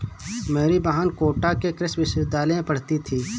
मेरी बहन कोटा के कृषि विश्वविद्यालय में पढ़ती थी